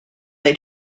they